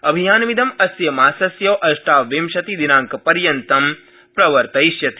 अभियानमिदं अस्य मासस्य अष्टाविंशतिदिनांकपर्यन्तं प्रवर्तयिष्यति